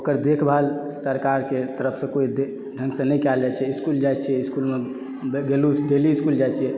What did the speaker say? ओकर देखभाल सरकार के तरफ से कोइ ढ ढङ्गसँ नहि कयल जाइ छै इसकुल जाइ छियै स्कूलमे डेली इसकुल जाइ छियै